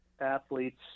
athletes